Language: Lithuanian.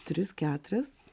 tris keturias